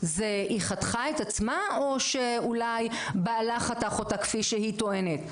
היא חתכה את עצמה או שאולי בעלה חתך אותה כפי שהיא טוענת?",